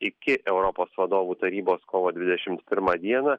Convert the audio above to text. iki europos vadovų tarybos kovo dvidešimt pirmą dieną